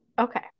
okay